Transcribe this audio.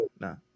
no